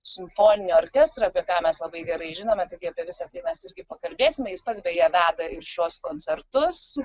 simfoninį orkestrą apie ką mes labai gerai žinome taigi apie visa tai mes irgi pakalbėsime jis pats beje veda ir šiuos koncertus